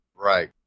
Right